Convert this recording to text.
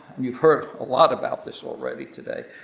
we've heard a lot about this already today.